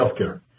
healthcare